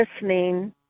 listening